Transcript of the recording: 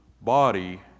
body